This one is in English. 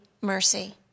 mercy